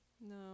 no